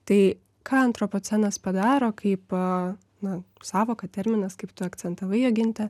tai ką antropocenas padaro kaip na sąvoka terminas kaip tu akcentavai joginte